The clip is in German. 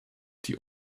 die